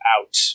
out